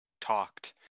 talked